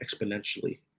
exponentially